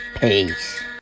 Peace